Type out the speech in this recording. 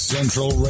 Central